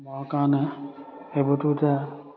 মৰাৰ কাৰণে সেইবোৰতো এতিয়া